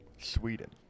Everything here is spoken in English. Sweden